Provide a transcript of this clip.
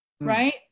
Right